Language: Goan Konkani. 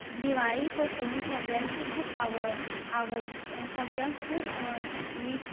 दिवाळी पसून सगळ्यांची खूब आवड आवडती सगळ्यांक खूब ई